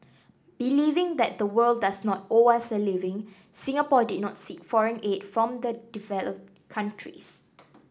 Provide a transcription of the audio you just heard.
believing that the world does not owe us a living Singapore did not seek foreign aid from the developed countries